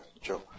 Joe